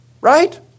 right